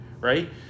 right